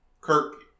Kirk